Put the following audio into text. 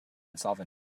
insolvent